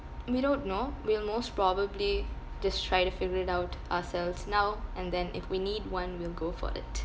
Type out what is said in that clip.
we don't know we'll most probably just try to figure it out ourselves now and then if we need one we'll go for it